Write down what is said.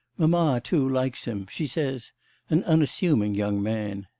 mamma too likes him she says an unassuming young man.